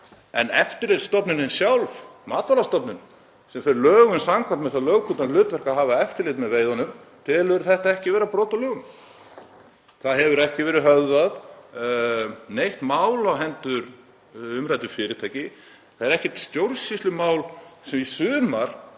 Eftirlitsstofnunin sjálf, Matvælastofnun, sem fer lögum samkvæmt með það lögbundna hlutverk að hafa eftirlit með veiðunum, telur þetta ekki vera brot á lögum. Það hefur ekki verið höfðað neitt mál á hendur umræddu fyrirtæki. Það er ekkert stjórnsýslumál í sumar